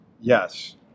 Yes